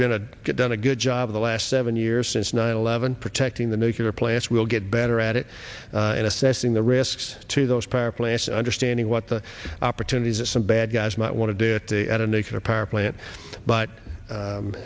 going to get done a good job of the last seven years since nine eleven protecting the nuclear plants will get better at it and assessing the risks to those power plants understanding what the opportunities are some bad guys might want to do at a nuclear power plant but